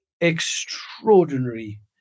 extraordinary